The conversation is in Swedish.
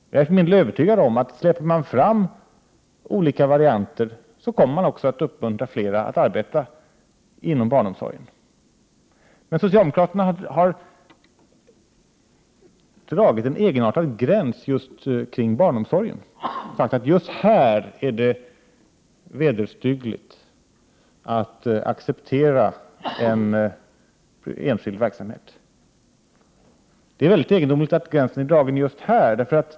Jag är övertygad om att ifall man släpper fram olika varianter, så kommer man också att uppmuntra fler att arbeta inom barnomsorgen. Men socialdemokraterna har dragit en egenartad gräns just kring barnomsorgen och sagt att här är det vederstyggligt att acceptera enskild verksamhet. Det är mycket egendomligt att gränsen dragits just här.